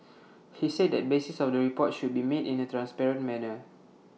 he said the basis of the report should be made in A transparent manner